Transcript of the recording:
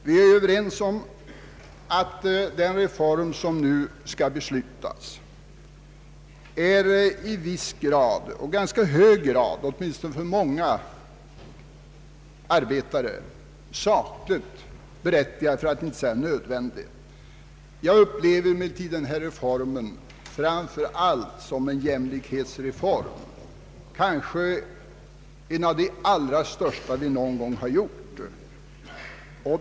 Vi är överens om att den reform som nu skall beslutas är i viss grad — i ganska hög grad åtminstone för vissa arbetare — sakligt berättigad för att inte säga nödvändig. Jag upplever emellertid denna reform framför allt såsom en jämlikhetsreform, kanske en av de allra största vi någonsin stått inför.